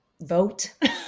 vote